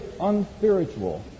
unspiritual